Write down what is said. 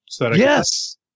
Yes